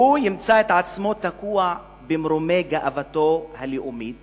הוא ימצא את עצמו תקוע במרומי גאוותו הלאומית